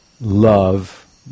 love